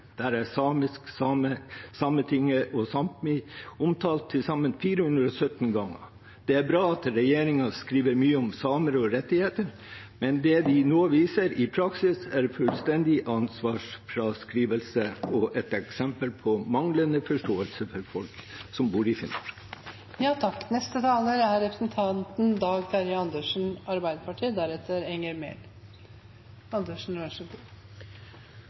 Der er samisk, Sametinget og Sápmi omtalt til sammen 417 ganger. Det er bra at regjeringen skriver mye om samer og rettigheter, men det de nå viser i praksis, er en fullstendig ansvarsfraskrivelse og et eksempel på manglende forståelse for folk som bor i Finnmark. Det å vedta lover er